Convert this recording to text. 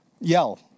yell